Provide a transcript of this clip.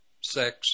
sex